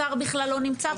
השר בכלל לא נמצא פה.